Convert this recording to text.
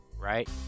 right